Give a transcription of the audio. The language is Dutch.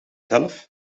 zelf